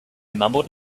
mumbled